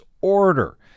order